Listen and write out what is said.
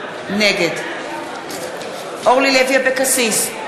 נגד אורלי לוי אבקסיס,